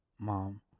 mom